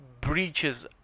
breaches